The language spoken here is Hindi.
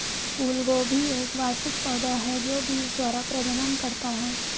फूलगोभी एक वार्षिक पौधा है जो बीज द्वारा प्रजनन करता है